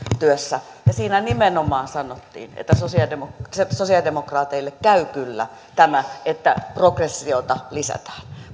työssä ja siinä nimenomaan sanottiin että sosiaalidemokraateille käy kyllä tämä että progressiota lisätään